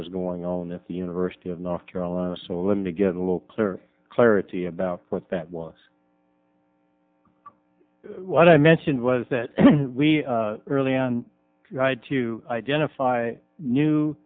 was going on at the university of north carolina so let me get a little clearer clarity about what that was what i mentioned was that we early on had to identify new